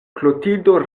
klotildo